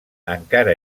encara